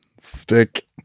stick